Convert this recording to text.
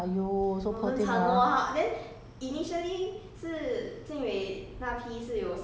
!huh! 为什么他们这样对他 !aiyo! so poor thing ah